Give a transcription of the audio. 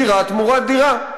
דירה תמורת דירה.